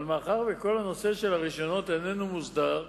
אבל מאחר שכל הנושא של רשיונות איננו מוסדר,